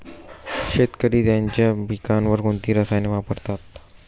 शेतकरी त्यांच्या पिकांवर कोणती रसायने वापरतात?